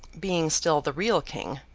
being still the real king,